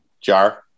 jar